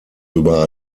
über